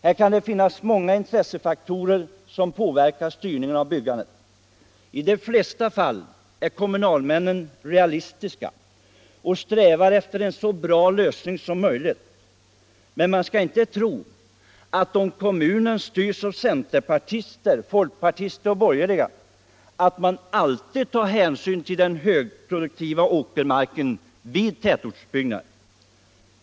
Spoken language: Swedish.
Här kan det finnas många intressefaktorer som påverkar styrningen av byggandet. I de flesta fall är kommunalmännen realistiska och strävar efter en så bra lösning som möjligt, men man skall inte tro att kommunen, om den styrs av centerpartister och andra borgerliga, alltid tar hänsyn till den högproduktiva åkermarken vid tätortsutbyggnad.